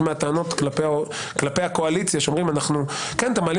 מהטענות כלפי הקואליציה שאומרים : "אתם מעלים